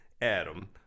Adam